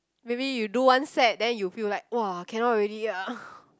maybe you do one set then you feel like !wah! cannot already ah